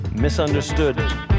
Misunderstood